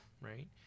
right